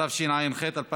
התשע"ח 2018, נתקבלה.